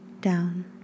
down